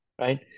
right